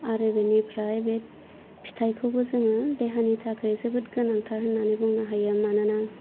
आरो बिनिफ्राय बे फिथाइखौबो जोङो देहानि थाखाय जोबोद गोनांथार होन्नानै बुंनो हायो मानोना